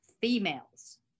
females